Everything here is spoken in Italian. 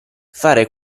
fare